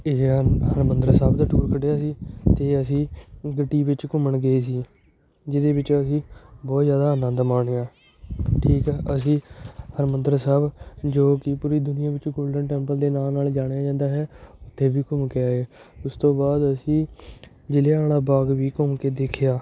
ਇਹ ਆ ਹਰਿਮੰਦਰ ਸਾਹਿਬ ਦਾ ਟੂਰ ਕੱਢਿਆ ਸੀ ਅਤੇ ਅਸੀਂ ਗੱਡੀ ਵਿੱਚ ਘੁੰਮਣ ਗਏ ਸੀ ਜਿਹਦੇ ਵਿੱਚ ਅਸੀਂ ਬਹੁਤ ਜ਼ਿਆਦਾ ਆਨੰਦ ਮਾਣਿਆ ਠੀਕ ਆ ਅਸੀਂ ਹਰਿਮੰਦਰ ਸਾਹਿਬ ਜੋ ਕਿ ਪੂਰੀ ਦੁਨੀਆ ਵਿੱਚ ਗੋਲਡਨ ਟੈਂਪਲ ਦੇ ਨਾਂ ਨਾਲ ਜਾਣਿਆ ਜਾਂਦਾ ਹੈ ਉੱਥੇ ਵੀ ਘੁੰਮ ਕੇ ਆਏ ਉਸ ਤੋਂ ਬਾਅਦ ਅਸੀਂ ਜਲਿਆਂਵਾਲਾ ਬਾਗ ਵੀ ਘੁੰਮ ਕੇ ਦੇਖਿਆ